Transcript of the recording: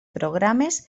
programes